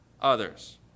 others